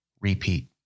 Repeat